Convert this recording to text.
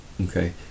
okay